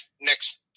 next